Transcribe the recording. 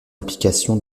application